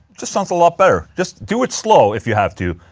just sounds a lot better. just do it slow if you have to.